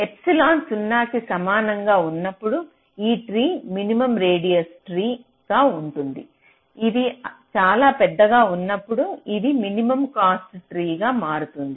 epsilon 0 కి సమానంగా ఉన్నప్పుడు ఈ ట్రీ మినిమం రేడియస్ ట్రీ గా ఉంటుంది ఇది చాలా పెద్దగా ఉన్నప్పుడు అది మినిమం కాస్ట్ ట్రీ గా మారుతుంది